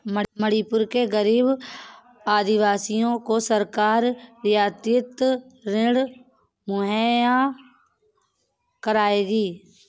मणिपुर के गरीब आदिवासियों को सरकार रियायती ऋण मुहैया करवाएगी